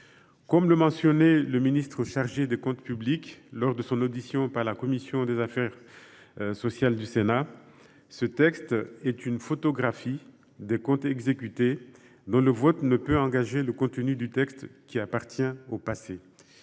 Comme l’a mentionné le ministre chargé des comptes publics lors de son audition par la commission des affaires sociales du Sénat, ce texte est une « photographie » des comptes exécutés, dont le vote ne peut engager le contenu du texte, qui appartient au passé.